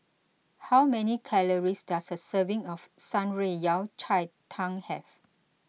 how many calories does a serving of Shan Rui Yao Cai Tang have